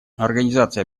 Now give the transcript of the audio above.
организация